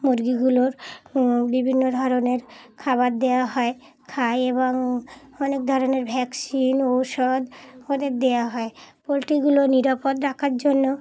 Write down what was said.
মুরগিগুলোর বিভিন্ন ধরনের খাবার দেওয়া হয় খায় এবং অনেক ধরনের ভ্যাকসিন ঔষধ ওদের দেওয়া হয় পোলট্রিগুলো নিরাপদ রাখার জন্য